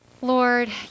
Lord